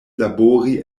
labori